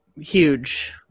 Huge